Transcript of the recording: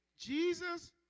Jesus